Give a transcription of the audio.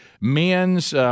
men's –